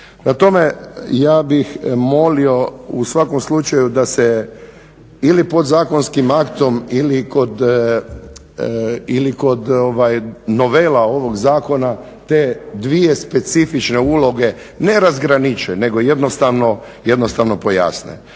tome, ja bih molio u svakom slučaju da se ili podzakonskim aktom ili kod novela ovog zakona te dvije specifične uloge ne razgraniče, nego jednostavno pojasne.